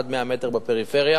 עד 100 מ"ר בפריפריה.